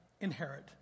inherit